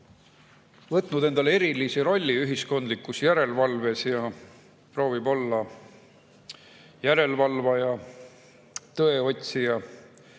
võtnud endale erilise rolli ühiskondlikus järelevalves ja proovib olla järelevalvaja, tõeotsija,